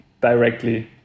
directly